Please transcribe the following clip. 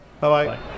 Bye-bye